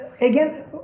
Again